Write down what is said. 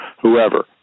whoever